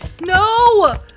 No